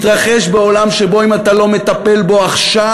מתרחש בעולם שבו אם אתה לא מטפל בו עכשיו,